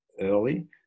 early